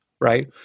right